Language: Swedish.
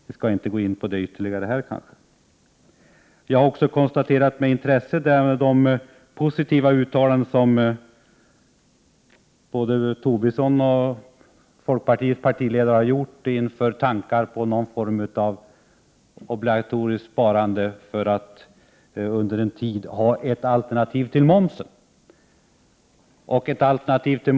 Vi skall kanske inte här gå in ytterligare på det. Jag har också med intresse konstaterat de positiva uttalanden som både Lars Tobisson och folkpartiets partiledare har gjort inför tankarna på någon form av obligatoriskt sparande för att under en tid ha ett alternativ till momsen.